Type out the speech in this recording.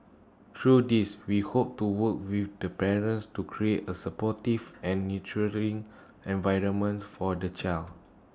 through these we hope to work with the parents to create A supportive and nurturing environments for the child